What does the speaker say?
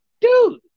dude